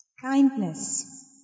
Kindness